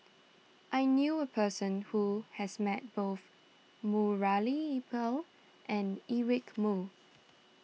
I knew a person who has met both Murali Pill and Eric Moo